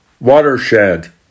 Watershed